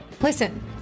Listen